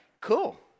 Cool